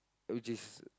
which is